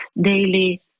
daily